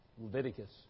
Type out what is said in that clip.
Leviticus